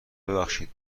ببخشید